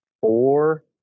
four